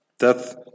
Death